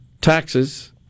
taxes